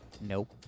nope